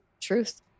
truth